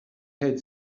had